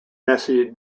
messy